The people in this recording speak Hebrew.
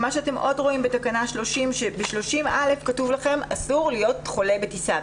בתקנה 30(א) כתוב לכם שאסור להיות חולה בטיסה.